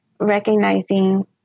recognizing